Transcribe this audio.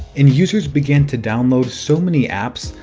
and users began to download so many apps,